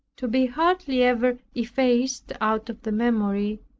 to be hardly ever effaced out of the memory,